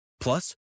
Plus